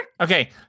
Okay